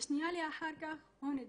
בשנייה אחר כך הוא נדרס.